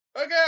Okay